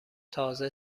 تازه